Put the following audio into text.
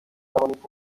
بتوانید